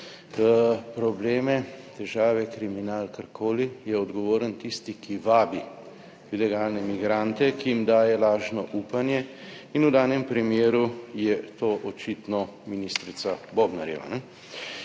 težave, kriminal, kar koli, je odgovoren tisti, ki vabi ilegalne migrante, ki jim daje lažno upanje in v danem primeru je to očitno ministrica Bobnarjeva.